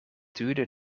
duurde